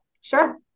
sure